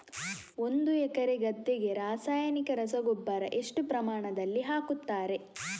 ಒಂದು ಎಕರೆ ಗದ್ದೆಗೆ ರಾಸಾಯನಿಕ ರಸಗೊಬ್ಬರ ಎಷ್ಟು ಪ್ರಮಾಣದಲ್ಲಿ ಹಾಕುತ್ತಾರೆ?